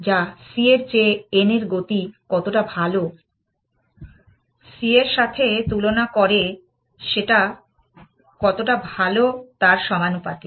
যা c এর চেয়ে n এর গতি কতটা ভালো c এর সাথে তুলনা করে সেটা কতটা ভালো তার সমানুপাতিক